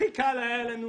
הכי קל היה לנו